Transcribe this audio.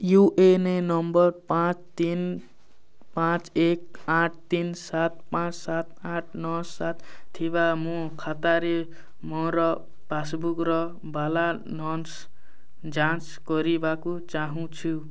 you A N number ପାଞ୍ଚ ତିନି ପାଞ୍ଚ ଏକ ଆଠ ତିନି ସାତ ପାଞ୍ଚ ସାତ ଆଠ ନଅ ସାତ ଥିବା ମୋ ଖାତାରେ ମୋର ପାସ୍ବୁକ୍ର ବାଲାନ୍ସ ଯାଞ୍ଚ କରିବାକୁ ଚାହୁଁଛି